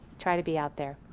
try to be out there,